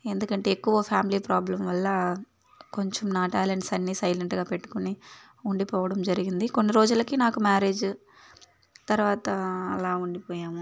ఎందుకంటే ఎక్కువ family problem వల్ల కొంచెం నా టాలెంట్స్ అన్నీ సైలెంట్గా పెట్టుకుని ఉండిపోవడం జరిగింది కొన్ని రోజులకి నాకు మ్యారేజు తర్వాత అలా ఉండిపోయాము